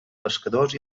pescadors